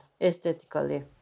aesthetically